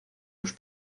los